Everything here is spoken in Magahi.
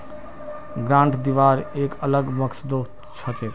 ग्रांट दिबार एक अलग मकसदो हछेक